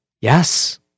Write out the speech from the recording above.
Yes